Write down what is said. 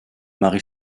mary